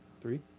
Three